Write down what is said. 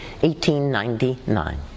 1899